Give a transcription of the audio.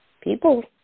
people